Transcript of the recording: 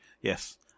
Yes